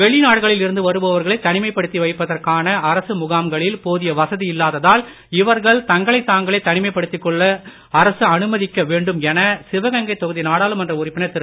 வெளிநாடுகளில் இருந்து வருபவர்களை தனிமைப்படுத்தி வைப்பதற்கான அரசு முகாம்களில் போதிய வசதி இல்லாத தால் இவர்கள் தங்களை தாங்களே தனிமைப் படுத்தி வைத்துக்கொள்ள அரசு அனுமதிக்க வேண்டும் என சிவகங்கை தொகுதி நாடாளுமன்ற உறுப்பினர் திரு